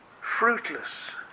fruitless